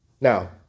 Now